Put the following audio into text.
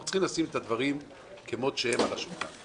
אנחנו צריכים לשים דברים על השולחן כפי שהם.